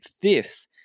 fifth